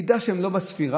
תדע שהם לא בספירה,